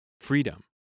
freedom